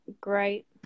great